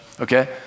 okay